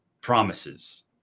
promises